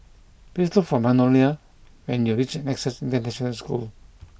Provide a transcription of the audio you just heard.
please look for Manuela when you reach Nexus International School